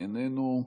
איננו.